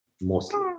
mostly